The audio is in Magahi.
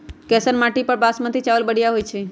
कैसन माटी पर बासमती चावल बढ़िया होई छई?